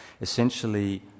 Essentially